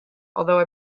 although